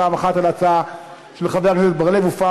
פעם אחת על ההצעה של חבר הכנסת בר-לב ופעם